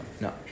no